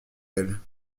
elle